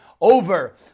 over